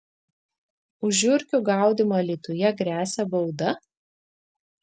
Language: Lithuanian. už žiurkių gaudymą alytuje gresia bauda